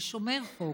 ששומר חוק,